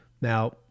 Now